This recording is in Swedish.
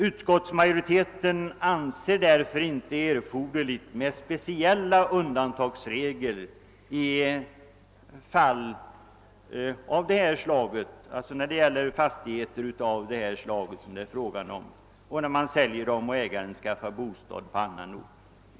Utskottsmajoriteten anser därför inte erforderligt med speciella undantagsregler när en person säljer en fastighet och skaffar sig bostad på annan ort.